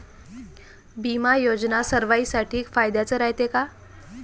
बिमा योजना सर्वाईसाठी फायद्याचं रायते का?